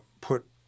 put